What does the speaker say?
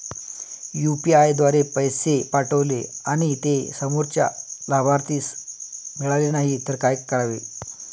UPI द्वारे पैसे पाठवले आणि ते समोरच्या लाभार्थीस मिळाले नाही तर काय करावे?